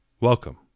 Welcome